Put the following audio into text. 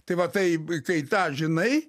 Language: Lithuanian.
tai va taip kai tą žinai